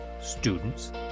students